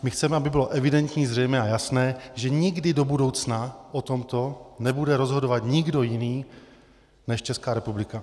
My chceme, aby bylo evidentní, zřejmé a jasné, že nikdy do budoucna o tomto nebude rozhodovat nikdo jiný než Česká republika.